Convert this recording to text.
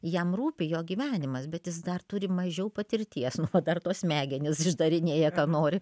jam rūpi jo gyvenimas bet jis dar turi mažiau patirties nu o dar tos smegenys išdarinėja ką nori